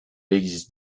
existe